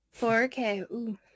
4K